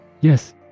yes